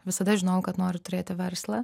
visada žinojau kad noriu turėti verslą